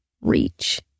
reach